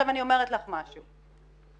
אני אומרת לך עכשיו משהו.